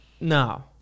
No